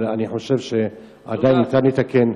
אבל אני חושב שעדיין ניתן לתקן.